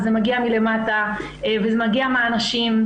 זה מגיע מלמטה וזה מגיע מהנשים,